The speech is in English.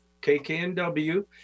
KKNW